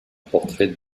portrait